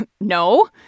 no